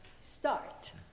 Start